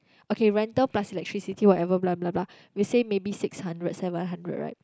okay rental plus electricity whatever blah blah blah we say maybe six hundred seven hundred right